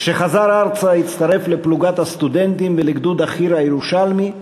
כשחזר ארצה הצטרף לפלוגת הסטודנטים ולגדוד החי"ר הירושלמי,